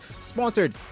sponsored